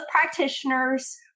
practitioners